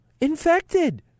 infected